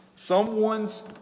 Someone's